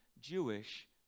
Jewish